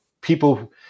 people